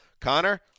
Connor